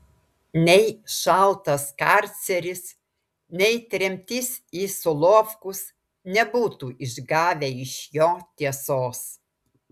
nei šaltas karceris nei tremtis į solovkus nebūtų išgavę iš jo tiesos